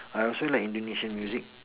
I also like Indonesian music